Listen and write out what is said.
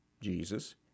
Jesus